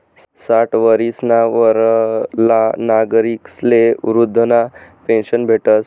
साठ वरीसना वरला नागरिकस्ले वृदधा पेन्शन भेटस